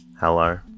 Hello